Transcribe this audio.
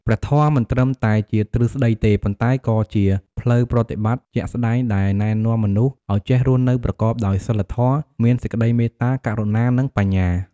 ព្រះធម៌មិនត្រឹមតែជាទ្រឹស្តីទេ ប៉ុន្តែក៏ជាផ្លូវប្រតិបត្តិជាក់ស្តែងដែលណែនាំមនុស្សឱ្យចេះរស់នៅប្រកបដោយសីលធម៌ មានសេចក្តីមេត្តា ករុណា និងបញ្ញា។